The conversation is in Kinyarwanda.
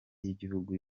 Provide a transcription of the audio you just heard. y’igihugu